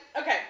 Okay